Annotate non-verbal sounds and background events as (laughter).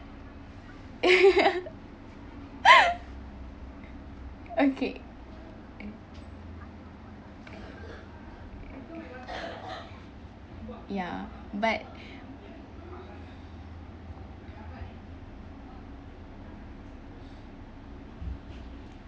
(laughs) okay ya but